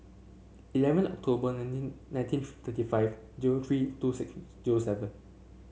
eleven October nineteen nineteen thirty five zero three two six zero seven